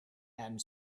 and